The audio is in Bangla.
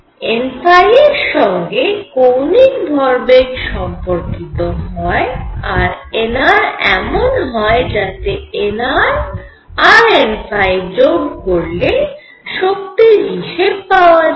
n এর সঙ্গে কৌণিক ভরবেগ সম্পর্কিত হয় আর nr এমন হয় যাতে nr আর n যোগ করলে শক্তির হিসেব পাওয়া যায়